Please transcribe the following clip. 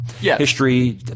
history